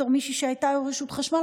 בתור מישהי שהייתה יו"ר רשות החשמל,